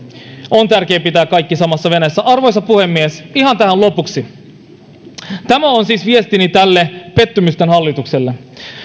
on tärkeää pitää kaikki samassa veneessä arvoisa puhemies ihan tähän lopuksi tämä on siis viestini tälle pettymysten hallitukselle